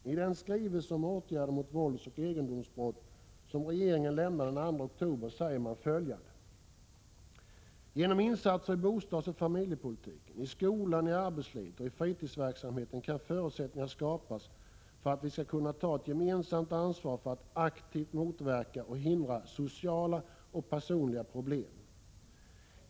I den skrivelse om åtgärder mot våldsoch egendomsbrott som regeringen lämnade den 2 oktober säger man följande: ”Genom insatser i bostadsoch familjepolitiken, i skolan, i arbetslivet och i fritidsverksamheten kan förutsättningar skapas för att vi skall kunna ta ett gemensamt ansvar för att aktivt motverka och hindra sociala och personliga problem.